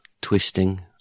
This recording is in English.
twisting